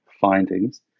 findings